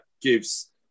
gives